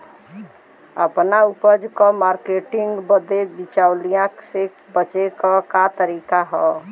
आपन उपज क मार्केटिंग बदे बिचौलियों से बचे क तरीका का ह?